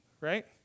right